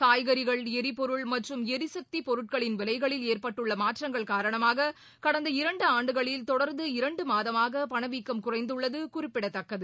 காய்கறிகள் எரிபொருள் மற்றும் எரிசக்தி பொருட்களின் விலைகளில் ஏற்பட்டுள்ள மாற்றங்கள் காரணமாக கடந்த இரண்டு ஆண்டுகளில் தொடர்ந்து இரண்டு மாதமாக பணவீக்கம் குறைந்துள்ளது குறிப்படத்தக்கது